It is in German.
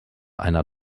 einer